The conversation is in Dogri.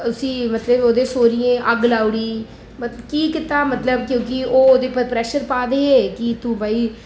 उसी मतलब ओह्दे सौह्रियें अग्ग लाई ओड़ी मतलब की कीता मतलब कि ओह् ओह्दे उप्पर प्रैशर पा दे हे कि तू भई